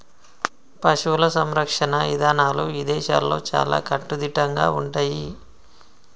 పశువుల సంరక్షణ ఇదానాలు ఇదేశాల్లో చాలా కట్టుదిట్టంగా ఉంటయ్యి